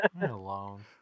alone